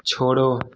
छोड़ो